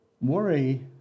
Worry